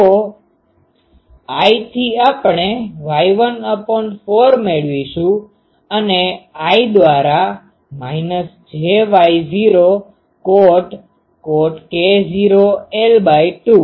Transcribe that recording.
તો I1V થી આપણે Y14 મેળવીશું અને I2V દ્વારા jy0cot k0 l2